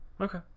okay